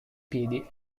piedi